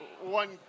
one